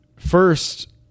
First